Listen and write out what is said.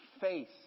face